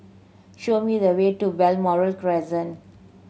show me the way to Balmoral Crescent